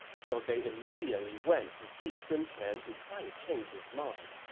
so they immediately went to see sun quan to try to change his mind